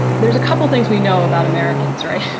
there's a couple of things we know about americans right?